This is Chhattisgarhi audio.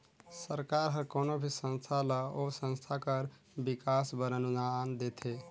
सरकार हर कोनो भी संस्था ल ओ संस्था कर बिकास बर अनुदान देथे